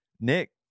Nick